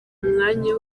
umwanya